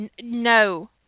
No